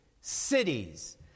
cities